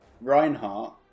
Reinhardt